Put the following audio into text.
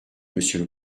monsieur